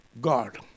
God